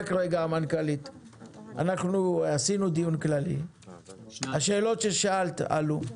ערכנו דיון כללי והשאלות ששאלת עלו.